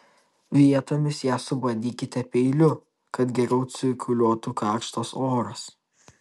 vietomis ją subadykite peiliu kad geriau cirkuliuotų karštas oras